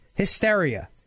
Hysteria